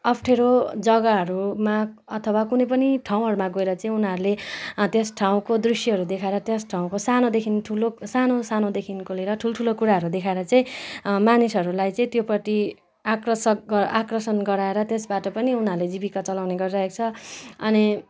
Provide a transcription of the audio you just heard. अप्ठ्यारो जग्गाहरूमा अथवा कुनै पनि ठाउँहरूमा गएर चाहिँ उनीहरूले त्यस ठाउँको दृश्यहरू देखाएर त्यस ठाउँको सानोदेखि ठुलोलो सानो सानोदेखिको लिएर ठुल्ठुलो कुराहरू देखाएर मानिसहरूलाई त्योपट्टि आकर्षक आकर्षण गराएर त्यसबाट पनि उनारूले जीविका चलाउने गरिरहेको छ अनि